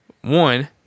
one